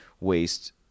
waste